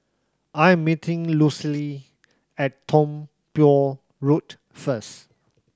I am meeting Lucille at Tiong Poh Road first